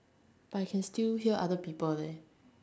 but I can still hear other people leh